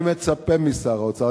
אני מצפה משר האוצר,